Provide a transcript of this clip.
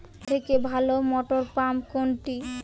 সবথেকে ভালো মটরপাম্প কোনটি?